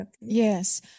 Yes